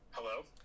Hello